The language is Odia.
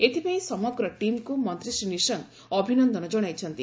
ଏଥିପାଇଁ ସମଗ୍ର ଟିମ୍କୁ ମନ୍ତ୍ରୀ ଶ୍ରୀ ନିଶଙ୍କ ଅଭିନନ୍ଦନ ଜଣାଇଛନ୍ତି